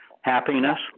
happiness